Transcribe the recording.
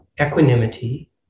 equanimity